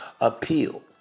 appeal